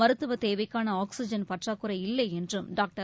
மருத்துவதேவைக்கானஆக்சிஜன் பற்றாக்குறை இல்லைஎன்றும் டாக்டர்